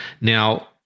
Now